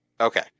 Okay